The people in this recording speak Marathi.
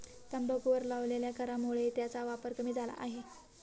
तंबाखूवर लावलेल्या करामुळे त्याचा वापर कमी झाला आहे